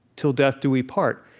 till death do we part.